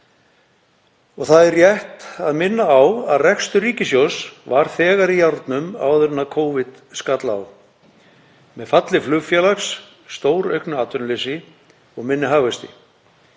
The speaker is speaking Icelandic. úr. Það er rétt að minna á að rekstur ríkissjóðs var þegar í járnum áður en Covid skall á með falli flugfélags, stórauknu atvinnuleysi og minni hagvexti.